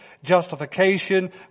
justification